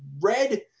red